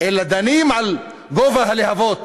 אלא דנים על גובה הלהבות,